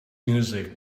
music